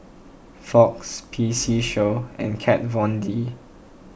Fox P C Show and Kat Von D